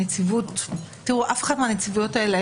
אף אחת מהנציבויות האלה,